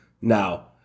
now